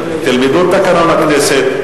תלמדו את תקנון הכנסת,